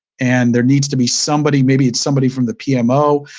and there needs to be somebody. maybe it's somebody from the pmo.